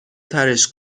ترِش